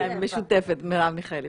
משותפת, מרב מיכאלי.